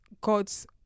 God's